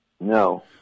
No